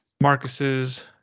Marcus's